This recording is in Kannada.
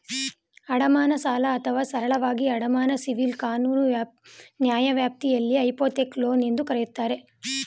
ಅಡಮಾನ ಸಾಲ ಅಥವಾ ಸರಳವಾಗಿ ಅಡಮಾನ ಸಿವಿಲ್ ಕಾನೂನು ನ್ಯಾಯವ್ಯಾಪ್ತಿಯಲ್ಲಿ ಹೈಪೋಥೆಕ್ ಲೋನ್ ಎಂದೂ ಕರೆಯುತ್ತಾರೆ